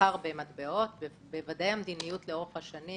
למסחר במטבעות, בוודאי המדיניות לאורך השנים